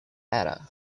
ada